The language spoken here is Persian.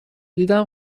دیدم